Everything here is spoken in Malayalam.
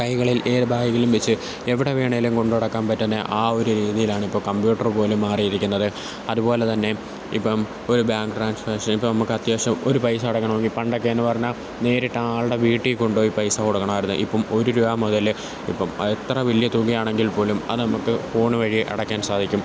കൈകളിൽ ഏത് ബാഗിലും വെച്ച് എവിടെ വേണേലും കൊണ്ടുനടക്കാൻ പറ്റുന്ന ആ ഒരു രീതിയിലാണിപ്പോള് കംപ്യൂട്ടറുപോലും മാറിയിരിക്കുന്നത് അതുപോലെതന്നെ ഇപ്പോള് ഒരു ബാങ്ക് ട്രാൻസാക്ഷൻ ഇപ്പോള് നമ്മുക്ക് അത്യാവശ്യം ഒരു പൈസ അടക്കണമെങ്കില് പണ്ടൊക്കെയെന്നു പറഞ്ഞാല് നേരിട്ട് ആ ആളുടെ വീട്ടില് കൊണ്ടുപോയി പൈസ കൊടുക്കണമായിരുന്നു ഇപ്പോള് ഒരു രൂപാ മുതല് ഇപ്പോള് എത്ര വലിയ തുകയാണെങ്കിൽപ്പോലും അത് നമ്മള്ക്ക് ഫോൺ വഴി അടക്കാൻ സാധിക്കും